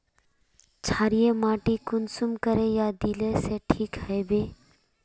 क्षारीय माटी कुंसम करे या दिले से ठीक हैबे?